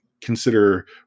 consider